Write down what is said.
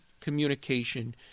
communication